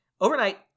Overnight